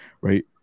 right